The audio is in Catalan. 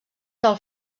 del